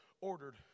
ordered